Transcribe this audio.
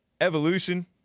evolution